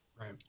Right